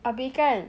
abih kan